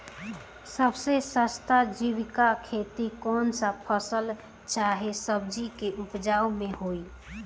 सबसे सस्ता जैविक खेती कौन सा फसल चाहे सब्जी के उपज मे होई?